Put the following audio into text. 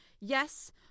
yes